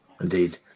Indeed